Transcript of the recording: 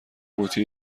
قوطی